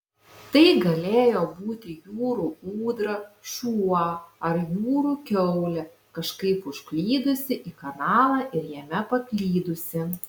tai galėjo būti jūrų ūdra šuo ar jūrų kiaulė kažkaip užklydusi į kanalą ir jame paklydusi